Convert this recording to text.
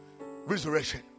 resurrection